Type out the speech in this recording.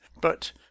But